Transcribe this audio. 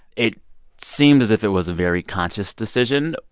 it seemed as if it was a very conscious decision.